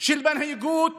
של מנהיגות